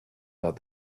about